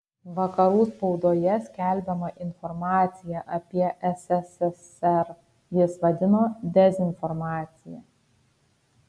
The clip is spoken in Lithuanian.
vakarų spaudoje skelbiamą informaciją apie sssr jis vadino dezinformacija